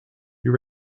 you